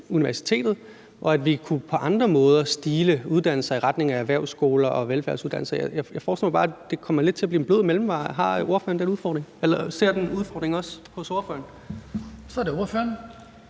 og at vi på andre måder kunne stile uddannelser i retning af erhvervsskoler og velfærdsuddannelser. Jeg forestiller mig bare, at det kommer til at blive lidt en blød mellemvare. Ser ordføreren også den udfordring? Kl. 12:08 Den